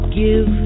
give